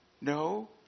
No